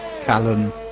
Callum